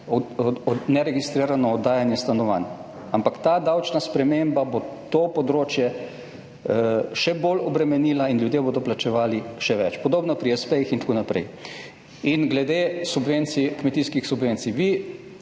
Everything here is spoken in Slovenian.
neregistrirano oddajanje stanovanj. Ampak ta davčna sprememba bo to področje še bolj obremenila in ljudje bodo plačevali še več. Podobno pri espejih in tako naprej. Glede subvencij, kmetijskih subvencij